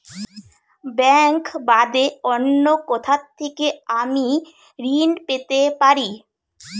Bank বাদে অন্য কোথা থেকে আমি ঋন পেতে পারি?